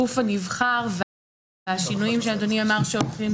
הגוף הנבחר והשינויים שאדוני אמר שהולכים